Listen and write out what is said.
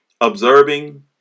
Observing